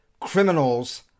criminals